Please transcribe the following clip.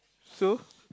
so